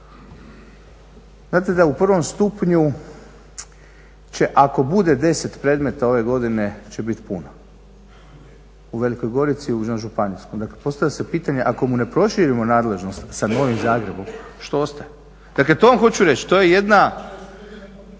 znate da u prvom stupnju će ako bude 10 predmeta ove godine će biti puno u Velikoj Gorici na županijskom. Dakle, postavlja se pitanje ako mu ne proširimo nadležnost sa Novim Zagrebom što ostaje? Dakle, to vam hoću reći, to je jedna